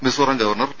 Mizoram governor P